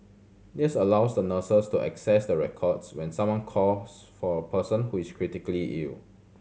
this allows the nurses to access the records when someone calls for a person who is critically ill